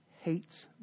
hates